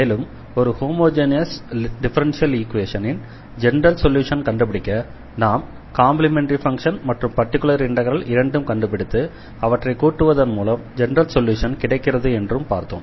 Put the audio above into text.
மேலும் ஒரு homogeneous differential ஈக்வேஷனின் ஜெனரல் சொல்யூஷனை கண்டுபிடிக்க நாம் காம்ப்ளிமெண்டரி ஃபங்ஷன் மற்றும் பர்டிகுலர் இண்டெக்ரல் இரண்டையும் கண்டுபிடித்து அவற்றை கூட்டுவதன் மூலம் ஜெனரல் சொல்யூஷன் கிடைக்கிறது என்றும் பார்த்தோம்